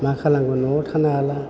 मा खालामगोन न'वाव थानो हाला